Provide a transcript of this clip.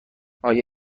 آیا